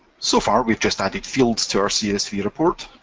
so far, we've just added fields to our csv report,